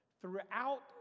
throughout